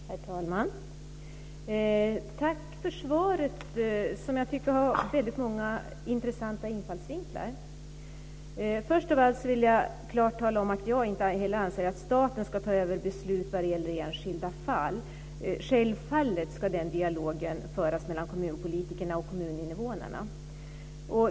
Herr talman! Tack för svaret, som jag tycker har många intressanta infallsvinklar. Först av allt vill jag klart tala om att jag inte heller anser att staten ska ta över beslut om enskilda fall. Självfallet ska den dialogen föras mellan kommunpolitikerna och kommuninnevånarna.